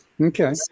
Okay